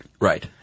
Right